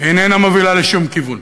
איננה מובילה לשום כיוון.